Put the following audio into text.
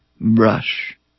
brush